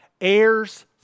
heirs